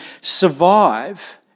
survive